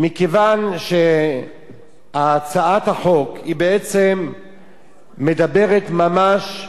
מכיוון שהצעת החוק בעצם מדברת ממש באריכות,